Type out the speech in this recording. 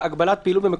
צריכה לקבל את ההחלטות.